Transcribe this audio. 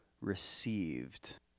received